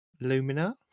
lumina